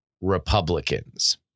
Republicans